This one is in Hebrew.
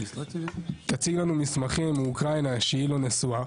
תציג לנו מסמכים מאוקראינה שהיא לא נשואה,